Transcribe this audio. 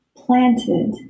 planted